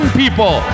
people